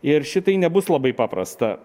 ir šitai nebus labai paprasta